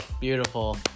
Beautiful